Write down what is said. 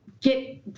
Get